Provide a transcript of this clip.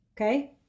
Okay